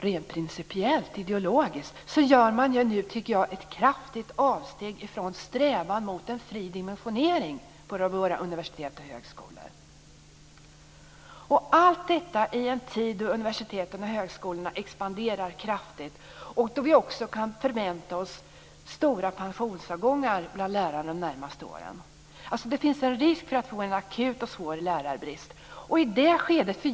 Rent principiellt ideologiskt gör man nu, tycker jag, ett kraftigt avsteg från strävan mot en fri dimensionering på våra universitet och högskolor - och allt detta i en tid då universitet och högskolor expanderar kraftigt och då vi också kan förvänta oss stora pensionsavgångar bland lärarna de närmaste åren. Det finns en risk för att vi får en akut och svår lärarbrist.